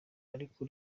ariko